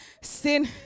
Sin